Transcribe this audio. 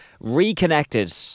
Reconnected